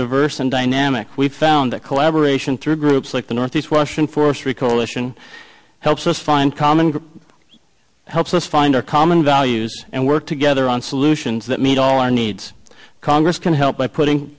diverse and dynamic we've found that collaboration through groups like the northeast russian forestry coalition helps us find common ground helps us find our common values and work together on solutions that meet all our needs congress can help by putting